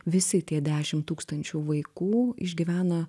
visi tie dešimt tūkstančių vaikų išgyvena